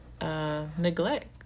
neglect